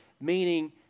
meaning